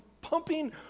pumping